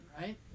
right